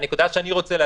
מה לא יקרה?